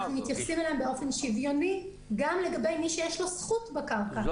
אנחנו מתייחסים אליהם באופן שוויוני גם לגבי מי שיש לו זכות בקרקע.